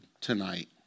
tonight